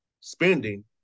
spending –